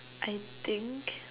I think